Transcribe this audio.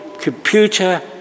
computer